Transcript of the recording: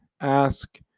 ask